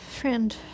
friend